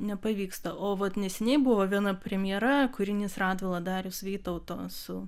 nepavyksta o vat neseniai buvo viena premjera kūrinys radvila darius vytauto su